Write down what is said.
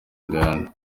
diana